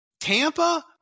Tampa